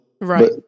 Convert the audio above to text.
Right